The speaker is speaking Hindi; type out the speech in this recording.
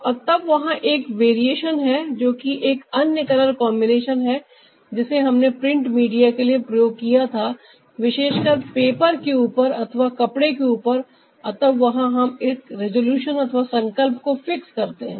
और तब वहां एक वेरिएशन है जो कि एक अन्य कलर कॉन्बिनेशन है जिसे हमने प्रिंट मीडिया के लिए प्रयोग किया था विशेषकर पेपर के ऊपर अथवा कपड़े के ऊपर और तब वहां हम एक रिजॉल्यूशन अथवा संकल्प को फिक्स करते हैं